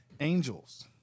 Angels